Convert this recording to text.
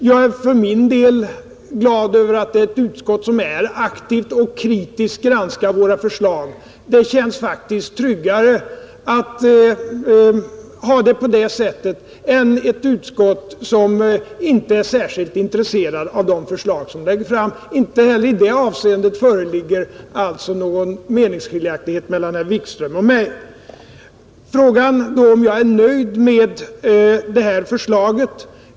Jag är för min del glad över ett utskott som är aktivt och kritiskt granskar våra förslag. Det känns faktiskt tryggare att ha det på det sättet än att ha ett utskott som inte är särskilt intresserat av de förslag som läggs fram. Inte heller i det avseendet föreligger alltså någon meningsskiljaktighet mellan herr Wikström och mig. Jag tillfrågades om jag är nöjd med det här förslaget.